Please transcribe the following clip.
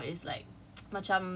ya but no the thing is